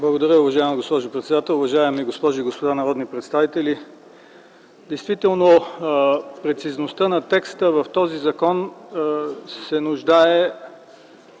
Благодаря. Уважаема госпожо председател, уважаеми госпожи и господа народни представители! Действително прецизността на текста в този закон се нуждае